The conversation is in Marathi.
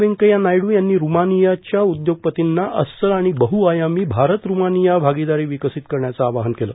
व्यंकय्या नायडू यांनी रुमानियाच्या उद्योगपतींना अस्सल आणि बहुआयामी भारत ठ्ठमानिया भागीदारी विकसित करण्याचं आवाहन केलं